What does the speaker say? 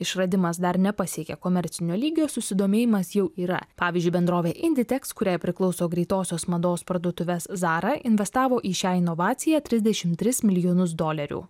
išradimas dar nepasiekė komercinio lygio susidomėjimas jau yra pavyzdžiui bendrovė inditeks kuriai priklauso greitosios mados parduotuves zara investavo į šią inovaciją trisdešim tris milijonus dolerių